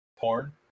Porn